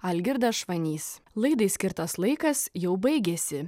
algirdas švanys laidai skirtas laikas jau baigėsi